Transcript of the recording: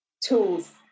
tools